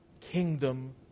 kingdom